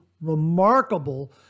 remarkable